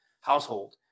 household